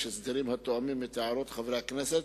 הסדרים התואמים את הערות חברי הכנסת